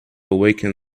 awaken